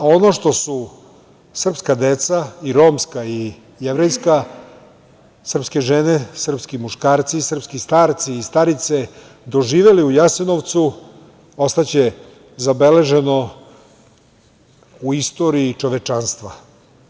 Ono što su srpska deca, romska i jevrejska, srpske žene, srpski muškarci, srpski starci i starice, doživeli u Jasenovcu ostaće zabeleženo u istoriji čovečanstva,